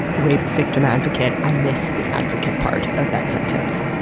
rape victim advocate, i missed the advocate part of that sentence.